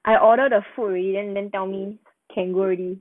I order the food already then then tell me can go already